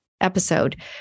episode